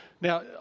Now